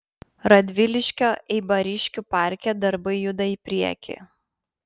radviliškio eibariškių parke darbai juda į priekį